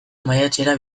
maiatzera